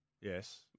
Yes